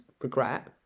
regret